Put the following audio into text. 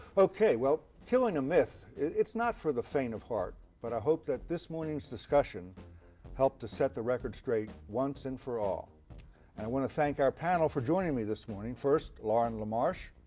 well, killing a myth it's not for the faint of heart. but i hope that this morning's discussion helped to set the record straight once and for all. and i want to thank our panel for joining me this morning. first, lauren lamarche.